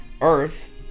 earth